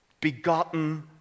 begotten